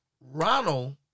Ronald